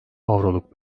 avroluk